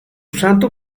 santo